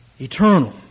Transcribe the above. eternal